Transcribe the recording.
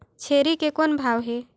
छेरी के कौन भाव हे?